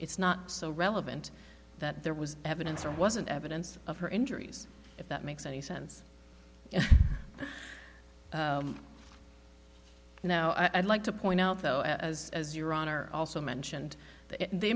it's not so relevant that there was evidence or wasn't evidence of her injuries if that makes any sense you know i'd like to point out though as as your honor also mentioned th